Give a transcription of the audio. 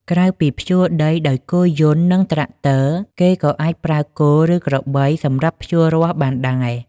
ក្រៅពីភ្ជួរដោយគោយន្តនឹងត្រាក់ទ័រ គេក៏អាចប្រើគោ ឬក្របីសម្រាប់ភ្ជួររាស់បានដែរ។